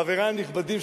חברי הנכבדים,